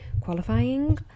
Qualifying